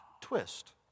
twist